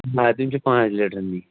آ تِم چھِ پانٛژھ لیٖٹرنٕے